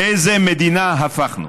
לאיזו מדינה הפכנו,